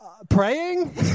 Praying